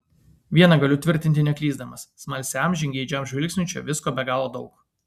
viena galiu tvirtinti neklysdamas smalsiam žingeidžiam žvilgsniui čia visko be galo daug